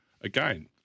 again